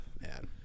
man